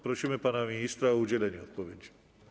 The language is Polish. Prosimy pana ministra o udzielenie odpowiedzi.